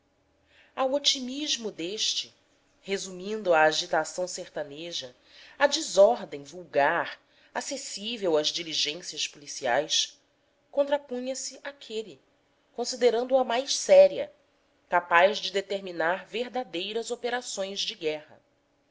ao otimismo deste resumindo a agitação sertaneja a desordem vulgar acessível às diligências policiais contrapunha se aquele considerando a mais séria capaz de determinar verdadeiras operações de guerra